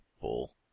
bull